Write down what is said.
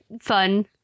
fun